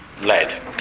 led